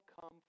come